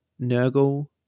Nurgle